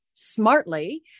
smartly